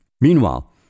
Meanwhile